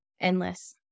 endless